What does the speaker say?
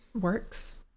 works